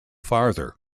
farther